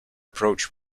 approach